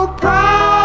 proud